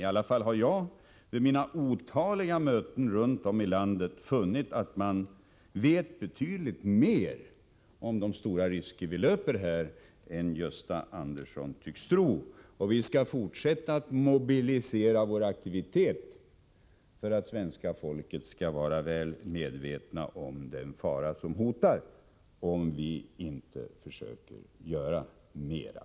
I alla fall har jag vid mina otaliga möten runt om i landet funnit att man vet betydligt mer om de stora risker vi löper härvidlag än Gösta Andersson tycks tro. Vi skall fortsätta att mobilisera vår aktivitet för att svenska folket skall vara väl medvetet om den fara som hotar om vi inte försöker göra mera.